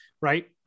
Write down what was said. right